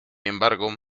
embargo